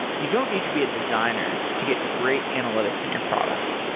you don't need to be a designer to get great analytics in your product.